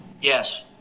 yes